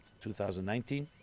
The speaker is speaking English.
2019